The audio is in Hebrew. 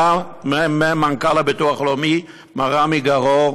בא ממלא מקום מנכ"ל הביטוח הלאומי, מר רמי גראור,